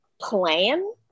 plan